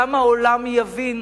גם העולם יבין